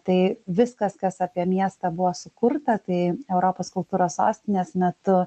tai viskas kas apie miestą buvo sukurta tai europos kultūros sostinės metu